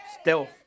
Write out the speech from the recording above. Stealth